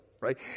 right